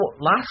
last